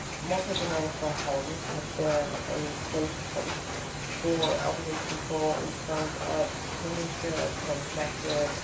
multigenerational homes have been a safe place for elderly people in terms of companionship, feeling connected,